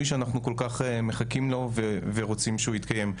שאנחנו כל כך מחכים לו ורוצים שהוא יתקיים.